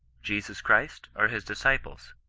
jesus christ or his disciples?